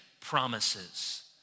promises